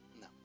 no